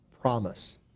promise